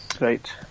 Right